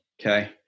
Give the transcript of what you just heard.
Okay